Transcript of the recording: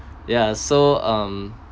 yeah so um